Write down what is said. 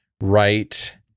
right